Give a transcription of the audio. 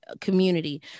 community